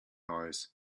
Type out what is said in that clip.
eyes